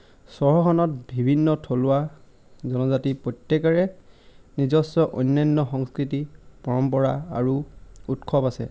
চহৰখনত বিভিন্ন থলুৱা জনজাতি প্ৰত্যেকৰে নিজশ্ব অনন্য সংস্কৃতি পৰম্পৰা আৰু উৎসৱ আছে